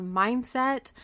mindset